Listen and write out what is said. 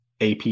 AP